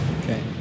Okay